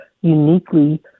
uniquely